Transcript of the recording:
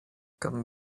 come